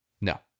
No